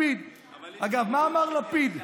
אגב, מה אמר לפיד?